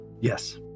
Yes